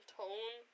tone